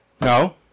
No